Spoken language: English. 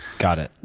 got it.